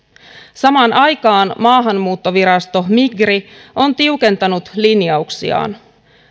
samaan aikaan maahanmuuttovirasto migri on tiukentanut linjauksiaan